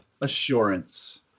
assurance